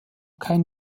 kein